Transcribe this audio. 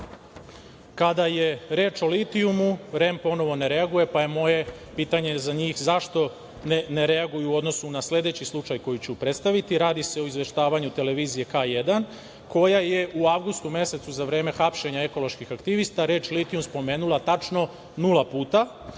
je reč o litijumu, REM ponovo ne reaguje, pa je moje pitanje za njih – zašto ne reaguju u odnosu na sledeći slučaj koji ću predstaviti. Radi se o izveštavanju televizije „K1“ koja je u avgustu mesecu za vreme hapšenja ekoloških aktivista reč litijum spomenula tačno nula puta,